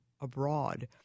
abroad